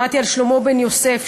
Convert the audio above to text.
למדתי על שלמה בן יוסף,